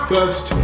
First